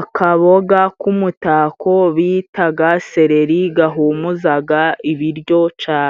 akaboga k'umutako bitaga sereri gahumuzaga ibiryo cane.